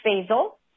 basil